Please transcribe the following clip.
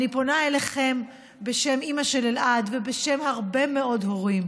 אני פונה אליכם בשם אימא של אלעד ובשם הרבה מאוד הורים.